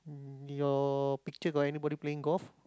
your picture got anybody playing golf